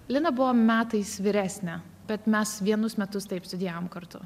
lina buvo metais vyresnė bet mes vienus metus taip studijavom kartu